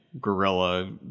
gorilla